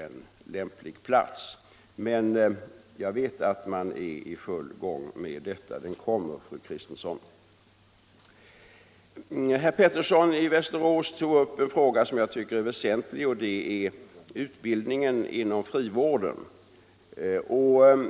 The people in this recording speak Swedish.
en lämplig plats, men jag vet att man är i full gång med detta. Lokalanstalten kommer, fru Kristensson. Herr Pettersson i Västerås tog upp en fråga som jag tycker är väsentlig, och det är utbildningen inom frivården.